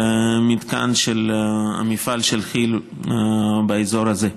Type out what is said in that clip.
במתקן של המפעל של כי"ל באזור הזה.